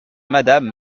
madame